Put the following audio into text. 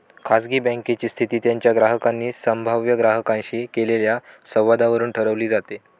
खाजगी बँकेची स्थिती त्यांच्या ग्राहकांनी संभाव्य ग्राहकांशी केलेल्या संवादावरून ठरवली जाते